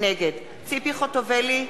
נגד ציפי חוטובלי,